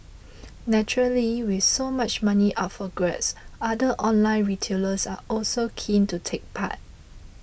naturally with so much money up for grabs other online retailers are also keen to take part